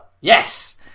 Yes